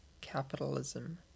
capitalism